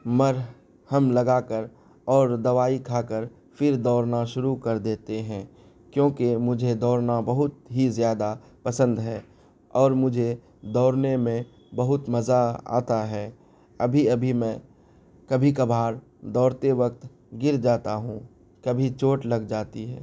مرہم لگا کر اور دوائی کھا کر فر دوڑنا شروع کر دیتے ہیں کیونکہ مجھے دوڑنا بہت ہی زیادہ پسند ہے اور مجھے دوڑنے میں بہت مزہ آتا ہے ابھی ابھی میں کبھی کبھار دوڑتے وقت گر جاتا ہوں کبھی چوٹ لگ جاتی ہے